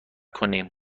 کنیم